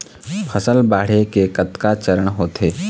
फसल बाढ़े के कतका चरण होथे?